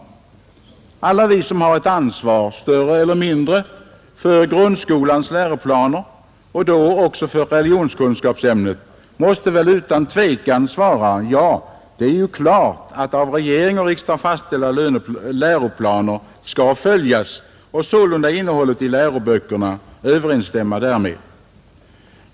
1 juni 1971 Alla vi som har ett ansvar, större eller mindre, för gundkolans I —— läroplaner — och då även för religionskunskapsämnet — måste utan Ang. läroböckerna tvekan svara: Ja, det är klart att av regering och riksdag fastställda igrundskolan läroplaner skall följas och sålunda innehållet i läroböckerna överensstämma därmed.